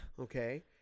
Okay